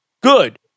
good